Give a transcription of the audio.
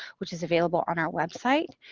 which is available on our website.